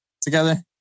together